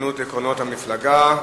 נאמנות לעקרונות המפלגה).